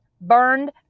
burned